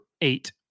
eight